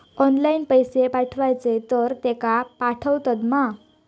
Online पैसे पाठवचे तर तेका पावतत मा?